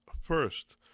first